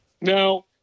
Now